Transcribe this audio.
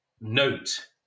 note